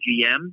GM